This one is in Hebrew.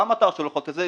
מה המטרה של החוק הזה?